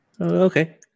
Okay